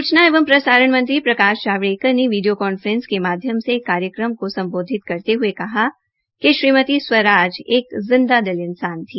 सूचना एवं प्रसारण मंत्री प्रकाश जावड़ेकर ने वीडियो कांफ्रेसिंग के माध्यम से एक कार्यक्रम को सम्बोधित करते हये कहा कि श्रीमती स्वराज एक जिदांदिल इन्सान थी